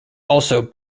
also